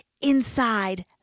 inside